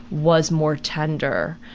was more tender.